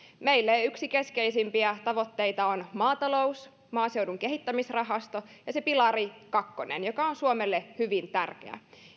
meille yksi keskeisimpiä tavoitteita on maatalous maaseudun kehittämisrahasto ja se pilari kakkonen joka on suomelle hyvin tärkeä